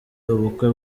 ubukwe